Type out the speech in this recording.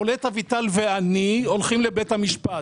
קולט אביטל ואני הולכים לבית המשפט.